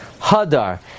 Hadar